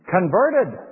Converted